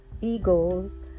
egos